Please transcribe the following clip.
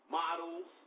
models